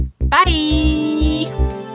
bye